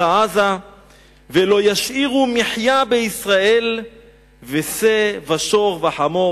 עזה ולא ישאירו מחיה בישראל ושה ושור וחמור.